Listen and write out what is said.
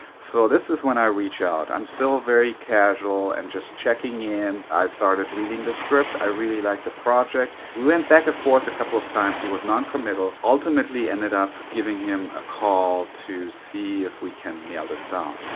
so, this is when i reach out. i'm still very casual and just checking in. i started reading the script. i really liked the project. we went back and forth a couple of times. he was non-committal. ultimately, ended up giving him a call to see if we can nail this down,